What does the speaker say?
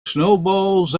snowballs